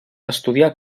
estudià